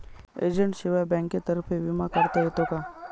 एजंटशिवाय बँकेतर्फे विमा काढता येतो का?